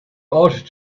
ought